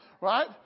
Right